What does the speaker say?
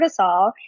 cortisol